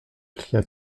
cria